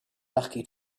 lucky